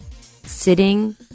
sitting